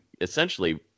essentially